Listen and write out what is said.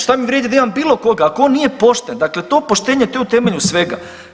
Šta mi vrijedi da imam bilo koga ako on nije pošten, dakle, to poštenje to je u temelju svega.